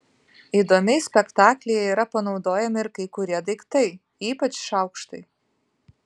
įdomiai spektaklyje yra panaudojami ir kai kurie daiktai ypač šaukštai